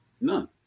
None